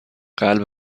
قلب